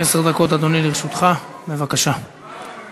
ממך ומחברי המחנה הציוני לתת לחבר הכנסת זוהיר בהלול להסתייג ראשון,